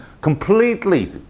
completely